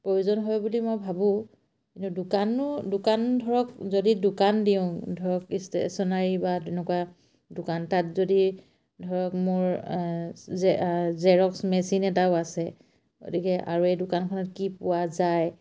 প্ৰয়োজন হয় বুলি মই ভাবোঁ কিন্তু দোকানো দোকান ধৰক যদি দোকান দিওঁ ধৰক ষ্টেচনাৰী বা তেনেকুৱা দোকান তাত যদি ধৰক মোৰ জেৰক্স মেচিন এটাও আছে গতিকে আৰু এই দোকানখনত কি পোৱা যায়